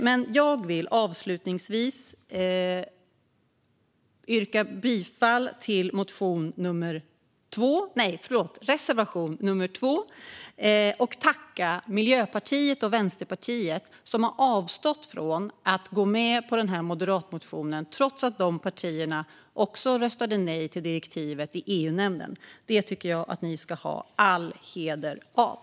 Låt mig avslutningsvis yrka bifall till reservation nr 2 och tacka Miljöpartiet och Vänsterpartiet för att de har avstått från att ställa sig bakom tillkännagivandet, trots att de också röstade nej till direktivet i EU-nämnden. Det ska de ha all heder av.